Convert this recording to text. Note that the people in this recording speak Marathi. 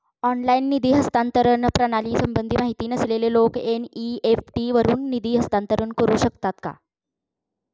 ऑनलाइन निधी हस्तांतरण प्रणालीसंबंधी माहिती नसलेले लोक एन.इ.एफ.टी वरून निधी हस्तांतरण करू शकतात का?